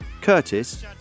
Curtis